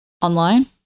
online